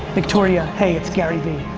victoria, hey it's gary v.